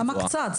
למה קצת?